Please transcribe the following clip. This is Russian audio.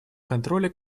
контроля